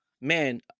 man